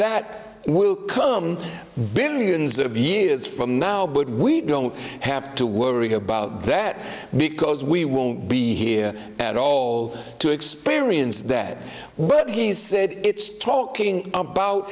that will come billions of years from now but we don't have to worry about that because we won't be here at all to experience that well he said it's talking about